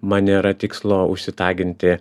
man nėra tikslo užsitaginti